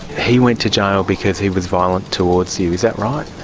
he went to jail because he was violent towards you. is that right?